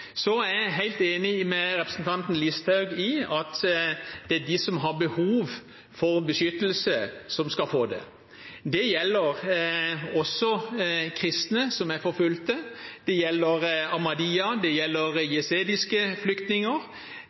Så er jeg helt enig med representanten Listhaug i at det er de som har behov for beskyttelse, som skal få det. Det gjelder også kristne som er forfulgt. Det gjelder ahmadiyya, jesidiske flyktninger – mennesker med behov. Det